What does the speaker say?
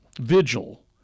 vigil